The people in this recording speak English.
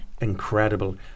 Incredible